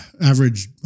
average